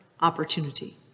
opportunity